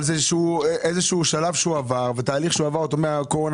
אבל זה תהליך שהוא עבר מאז הקורונה